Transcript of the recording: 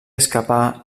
escapar